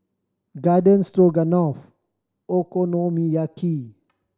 Garden Stroganoff Okonomiyaki